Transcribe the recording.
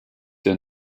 der